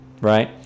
right